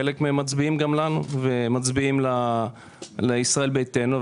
חלק מהם מצביעים גם לנו ומצביעים לישראל ביתנו,